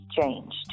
changed